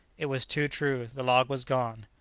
it was too true. the log was gone.